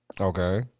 Okay